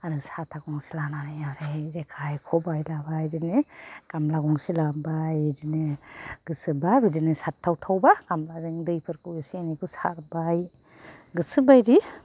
आरो साथा गंसे लानानै ओमफ्राय जेखाइ खबाइ लाबाय बिदिनो गामला गंसे लाबाय बिदिनो गोसोबा बिदिनो सारथावथावबा गामलाजों दैफोरखौ एसे एनैखौ सारबाय गोसोबायदि